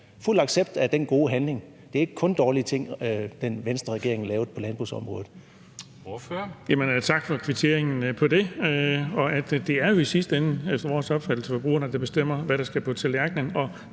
fuld anerkendelse af den gode handling. Det var ikke kun dårlige ting, Venstreregeringen lavede på landbrugsområdet.